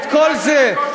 את כל זה.